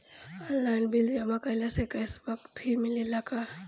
Online bill जमा कईला से कैश बक भी मिलेला की?